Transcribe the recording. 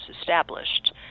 established